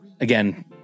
again